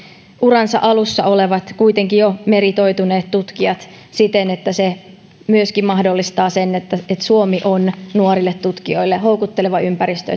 uransa alussa olevat kuitenkin jo meritoituneet tutkijat siten että se myöskin mahdollistaa sen että että suomi on nuorille tutkijoille houkutteleva ympäristö